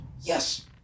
Yes